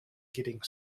getting